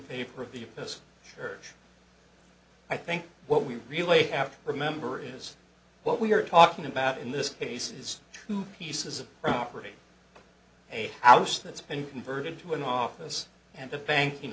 paper of the person church i think what we really have to remember is what we are talking about in this case is two pieces of property a house that's been converted to an office and a banking